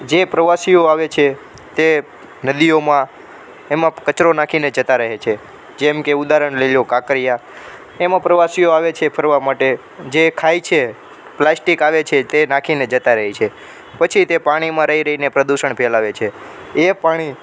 જે પ્રવાસીઓ આવે છે તે નદીઓમાં એમાં કચરો નાખીને જતાં રહે છે જેમ કે ઉદાહરણ લઈ લો કાંકરિયા એમાં પ્રવાસીઓ આવે છે ફરવા માટે જે ખાય છે પ્લાસ્ટિક આવે છે તે નાખીને જતાં રહે છે પછી તે પાણીમાં રહી રહીને પ્રદૂષણ ફેલાવે છે એ પાણી